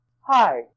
Hi